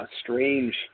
strange